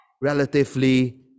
relatively